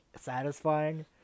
satisfying